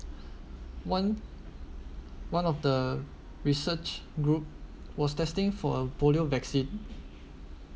one one of the research group was testing for a polio vaccine